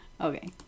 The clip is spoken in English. okay